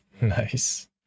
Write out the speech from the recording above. Nice